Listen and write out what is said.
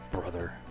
brother